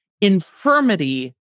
infirmity